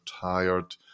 tired